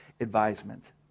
advisement